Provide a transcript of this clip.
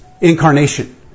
incarnation